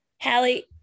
Hallie